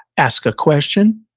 ask a question,